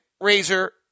Razor